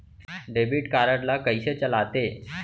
Debit card ला कइसे चलाते?